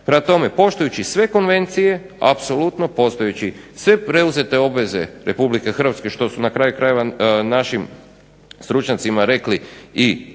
Prema tome, poštujući sve konvencije apsolutno poštujući sve preuzete obveze RH što su na kraju krajeva našim stručnjacima i rekli u Bruxellesu